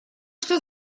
что